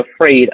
afraid